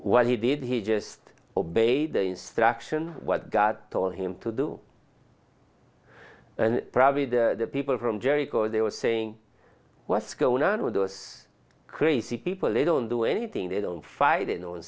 what he did he just obeyed the instruction what god told him to do and probably the people from jericho they were saying what's going on with those crazy people they don't do anything they don't fight in on